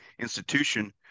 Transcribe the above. institution